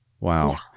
Wow